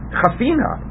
Chafina